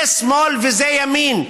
זה שמאל וזה ימין,